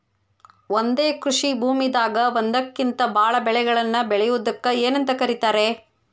ಒಂದೇ ಕೃಷಿ ಭೂಮಿದಾಗ ಒಂದಕ್ಕಿಂತ ಭಾಳ ಬೆಳೆಗಳನ್ನ ಬೆಳೆಯುವುದಕ್ಕ ಏನಂತ ಕರಿತಾರೇ?